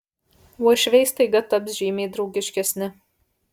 uošviai staiga taps žymiai draugiškesni